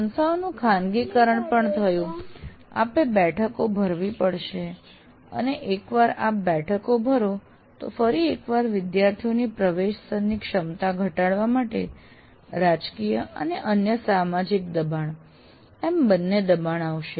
સંસ્થાઓનું ખાનગીકરણ પણ થયું આપે બેઠકો ભરવી પડશે અને એકવાર આપ બેઠકો ભરો તો ફરી એકવાર વિદ્યાર્થીઓની પ્રવેશ સ્તરની ક્ષમતા ઘટાડવા માટે રાજકીય અને અન્ય સામાજિક દબાણ એમ બંને દબાણ આવશે